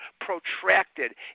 protracted